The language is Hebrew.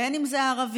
בין אם זה הערבים,